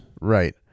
Right